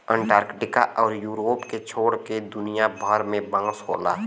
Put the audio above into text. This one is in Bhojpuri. अंटार्टिका आउर यूरोप के छोड़ के दुनिया भर में बांस होला